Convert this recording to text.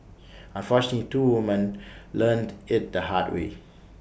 unfortunately two woman learnt IT the hard way